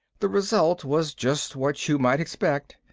the result was just what you might expect.